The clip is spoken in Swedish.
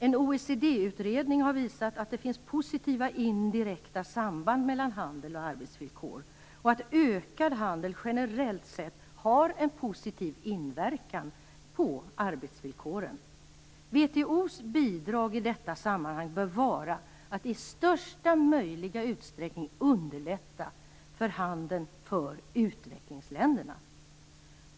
En OECD-utredning har visat att det finns positiva indirekta samband mellan handel och arbetsvillkor och att ökad handel generellt sett har en positiv inverkan på arbetsvillkoren. WTO:s bidrag i detta sammanhang bör vara att i största möjliga utsträckning underlätta handeln för utvecklingsländerna.